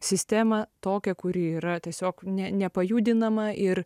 sistemą tokią kuri yra tiesiog ne nepajudinama ir